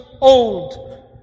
old